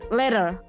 later